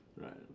Right